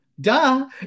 Duh